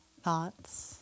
thoughts